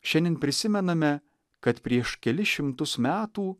šiandien prisimename kad prieš kelis šimtus metų